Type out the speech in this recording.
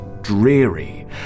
dreary